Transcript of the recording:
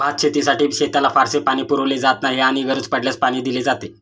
भातशेतीसाठी शेताला फारसे पाणी पुरवले जात नाही आणि गरज पडल्यास पाणी दिले जाते